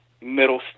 middle